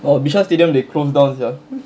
oh bishan stadium they closed down sia